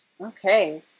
Okay